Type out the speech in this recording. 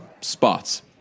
spots